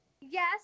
Yes